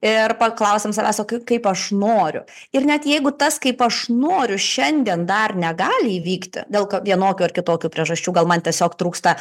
ir paklausiam savęs o kaip kaip aš noriu ir net jeigu tas kaip aš noriu šiandien dar negali įvykti dėl k vienokių ar kitokių priežasčių gal man tiesiog trūksta